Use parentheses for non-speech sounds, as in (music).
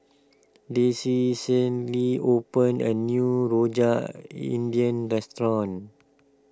Desi (unintelligible) opened a new Rojak India restaurant